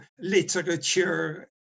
literature